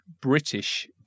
British